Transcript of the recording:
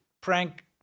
prank